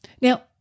Now